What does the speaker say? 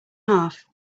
half